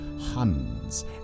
Huns